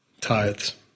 Tithes